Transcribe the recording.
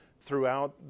throughout